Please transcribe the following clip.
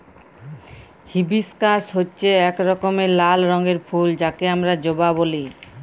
hibiscus হচ্যে এক রকমের লাল রঙের ফুল যাকে হামরা জবা ব্যলি